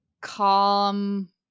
calm